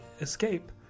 escape